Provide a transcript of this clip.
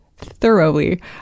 thoroughly